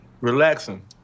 relaxing